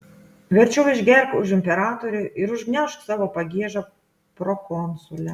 verčiau išgerk už imperatorių ir užgniaužk savo pagiežą prokonsule